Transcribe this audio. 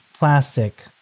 Plastic